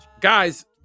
Guys